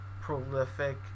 prolific